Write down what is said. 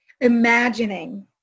imagining